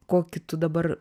kokį tu dabar